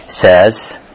Says